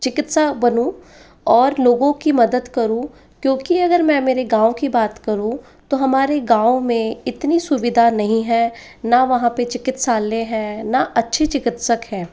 चिकित्सा बनूं और लोगों की मदद करूँ क्योंकि अगर मैं मेरे गाँव की बात करूँ तो हमारे गाँव में इतनी सुविधा नहीं है ना वहाँ पर चिकित्सालय है ना अच्छी चिकित्सक है